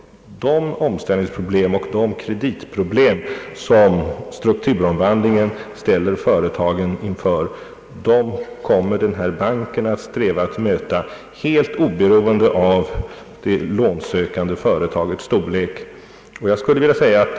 De omställningsproblem och de kreditproblem som strukturomvandlingen ställer företagen inför kommer denna bank att försöka möta helt oberoende av de lånsökande företagens storlek.